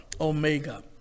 Omega